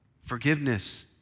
Forgiveness